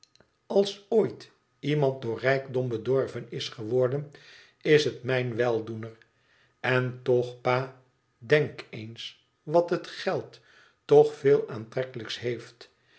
als ooit iemand door rijkdom bedorven is geworden is het mijn weidoener en toch pa denk eens wat het geld toch veel aantrekkelijks heeft